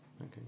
okay